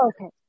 Okay